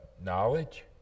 knowledge